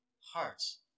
hearts